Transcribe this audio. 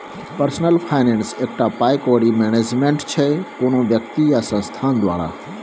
personal finance एकटा पाइ कौड़ी मैनेजमेंट छै कोनो बेकती या संस्थान द्वारा